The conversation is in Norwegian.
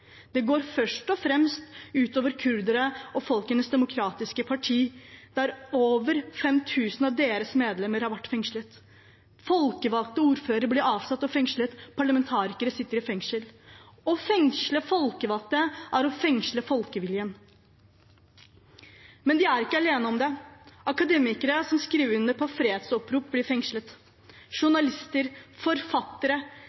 Det går først og fremst ut over kurdere og Folkenes demokratiske parti, der over 5 000 av dets medlemmer har vært fengslet. Folkevalgte ordførere ble avsatt og fengslet, parlamentarikere sitter i fengsel. Å fengsle folkevalgte er å fengsle folkeviljen. Men de er ikke alene om det: Akademikere som skriver under på fredsopprop, blir fengslet